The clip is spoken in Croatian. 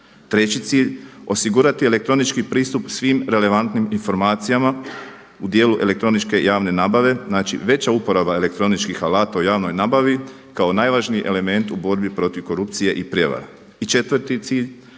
treći cilj osigurati elektronički pristup svim relevantnim informacijama u djelu elektroničke javne nabave, znači veća uporaba elektroničkih alata u javnoj nabavi kao najvažniji element u borbi protiv korupcije i prijevara. I četvrti cilj